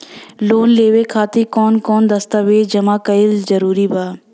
Loan लेवे खातिर कवन कवन दस्तावेज जमा कइल जरूरी बा?